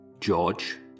George